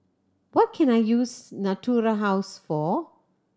what can I use Natura House for